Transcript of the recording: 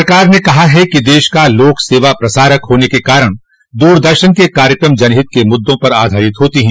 सरकार ने कहा है कि देश का लोक सेवा प्रसारक होने के कारण दूरदर्शन के कार्यक्रम जनहित के मुद्दों पर आधारित होते हैं